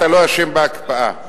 אתה לא אשם בהקפאה,